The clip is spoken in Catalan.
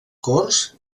corts